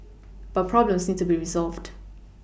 but problems need to be resolved